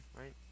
right